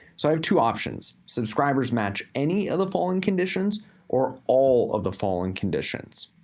so i have two options, subscribers match any of the following conditions or all of the following conditions.